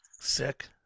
sick